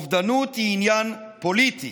אובדנות היא עניין פוליטי.